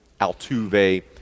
Altuve